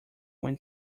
when